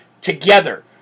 together